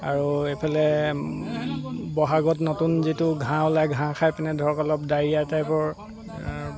আৰু এফালে বহাগত নতুন যিটো ঘাঁহ ওলায় ঘাঁহ খাই পিনে ধৰক অলপ ডায়েৰিয়া টাইপৰ